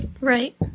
right